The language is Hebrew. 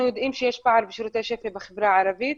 אנחנו יודעים שיש פער בשירותי שפ"י בחברה הערבית,